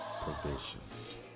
provisions